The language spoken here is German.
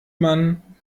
man